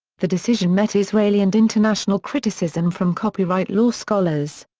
the decision met israeli and international criticism from copyright law scholars.